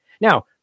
Now